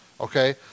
okay